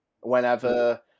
Whenever